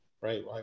right